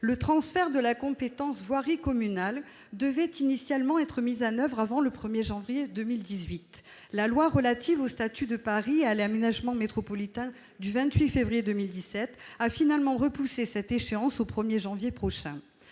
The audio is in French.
Le transfert de la compétence « voirie communale » devait initialement être mis en oeuvre avant le 1 janvier 2018. La loi relative au statut de Paris et à l'aménagement métropolitain du 28 février 2017 a finalement repoussé cette échéance au 1 janvier prochain.